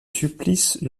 supplice